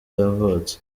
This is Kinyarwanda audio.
yavutse